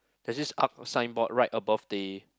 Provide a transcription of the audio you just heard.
there's this ark signboard right above the